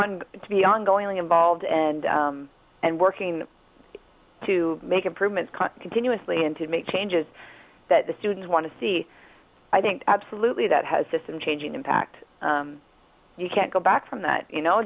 on to be ongoing involved and and working to make improvements continuously and to make changes that the students want to see i think absolutely that has just been changing impact you can't go back from that you know